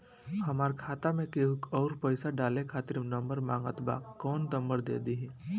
हमार खाता मे केहु आउर पैसा डाले खातिर नंबर मांगत् बा कौन नंबर दे दिही?